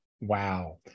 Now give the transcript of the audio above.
Wow